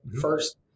first